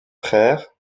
frère